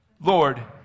Lord